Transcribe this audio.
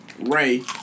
Ray